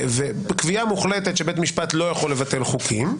קביעה מוחלטת שבית המשפט לא יכול לבטל חוקים,